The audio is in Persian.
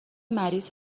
مریض